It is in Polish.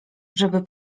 żeby